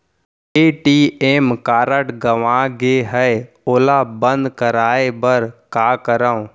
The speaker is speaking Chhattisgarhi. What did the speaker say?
ए.टी.एम कारड गंवा गे है ओला बंद कराये बर का करंव?